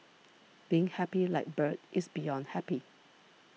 being happy like bird is beyond happy